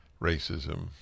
racism